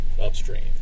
Upstream